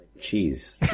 cheese